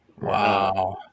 wow